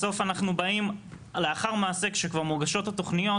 בסוף אנחנו באים לאחר מעשה כשכבר מוגשות התוכניות,